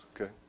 okay